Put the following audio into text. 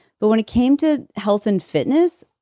but when it came to health and fitness,